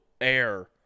air